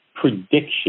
prediction